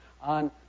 on